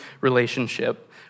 relationship